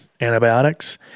antibiotics